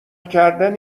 کردن